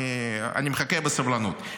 אני מחכה בסבלנות.